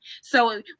So-